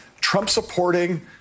Trump-supporting